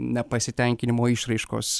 nepasitenkinimo išraiškos